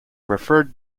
referred